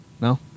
No